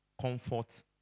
comfort